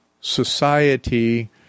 society